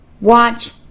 watch